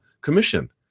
commission